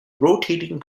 rotating